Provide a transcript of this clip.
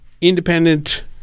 independent